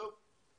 זהו?